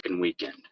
weekend